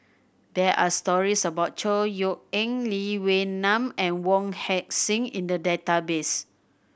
there are stories about Chor Yeok Eng Lee Wee Nam and Wong Heck Sing in the database